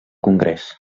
congrés